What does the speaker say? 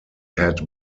had